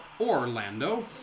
Orlando